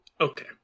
Okay